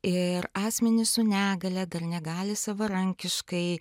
ir asmenys su negalia dar negali savarankiškai